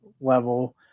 level